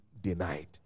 denied